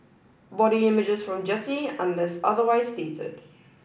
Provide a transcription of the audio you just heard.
body images from Getty unless otherwise stated